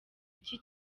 iki